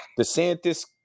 DeSantis